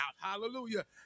Hallelujah